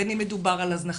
בין אם מדובר על הזנחה,